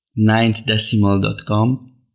NinthDecimal.com